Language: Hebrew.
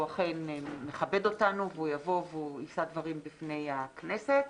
והוא אכן מכבד אותנו הוא יבוא ויישא דברים בפני הכנסת,